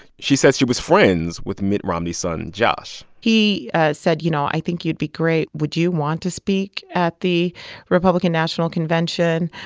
she said she was friends with mitt romney's son, josh he said, you know, i think you'd be great. would you want to speak at the republican national convention?